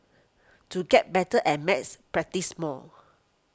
to get better at maths practise more